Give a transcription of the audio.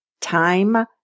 Time